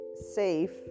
safe